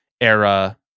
era